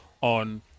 on